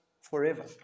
forever